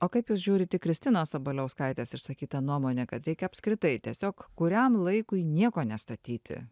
o kaip jūs žiūrit į kristinos sabaliauskaitės išsakytą nuomonę kad reikia apskritai tiesiog kuriam laikui nieko nestatyti